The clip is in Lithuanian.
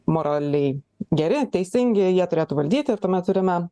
moraliai geri teisingi jie turėtų valdyti ir tuomet turime